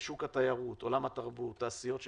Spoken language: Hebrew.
שוק התיירות, עולם התרבות, תעשיות שנסגרו,